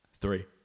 Three